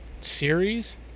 series